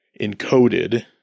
encoded